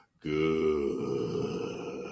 good